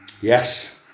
Yes